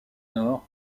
nord